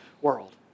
world